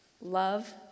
Love